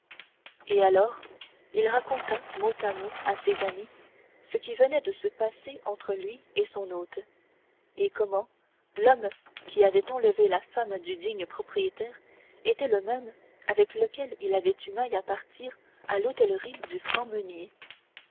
et alors il raconta mot à mot à ses amis ce qui venait de se passer entre lui et son hôte et comment l'homme qui avait enlevé la femme du digne propriétaire était le même avec lequel il avait eu maille à partir à l'hôtellerie du franc meunier